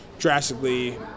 drastically